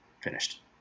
finished